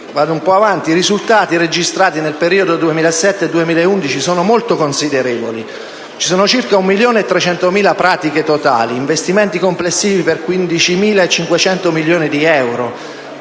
I risultati registrati nel periodo 2007-2011 sono molto considerevoli. Ci sono circa 1.300.000 pratiche totali e ci sono investimenti complessivi per 15.500 milioni di euro.